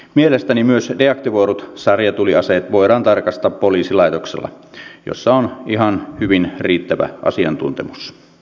mielestäni myös deaktivoidut sarjatuliaseet voidaan tarkastaa poliisilaitoksella missä on ihan hyvin riittävä asiantuntemus